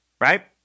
right